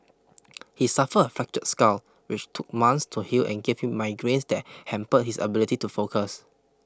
he suffered a fractured skull which took months to heal and gave him migraines that hampered his ability to focus